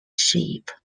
ship